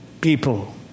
people